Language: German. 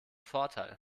vorteil